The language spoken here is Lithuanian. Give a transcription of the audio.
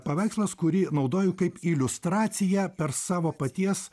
paveikslas kurį naudoju kaip iliustraciją per savo paties